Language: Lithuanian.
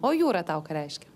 o jūra tau ką reiškia